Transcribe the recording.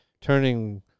turning